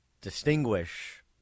distinguish